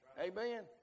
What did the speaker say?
Amen